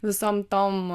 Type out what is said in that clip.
visom tom